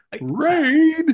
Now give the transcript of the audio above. raid